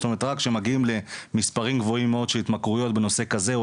זאת אומרת רק שמגיעים למספרים גבוהים מאוד של התמכרויות בנושא כזה,